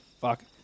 Fuck